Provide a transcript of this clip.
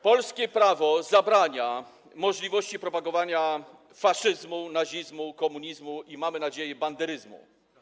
Polskie prawo zabrania propagowania faszyzmu, nazizmu, komunizmu i, mamy nadzieję, banderyzmu.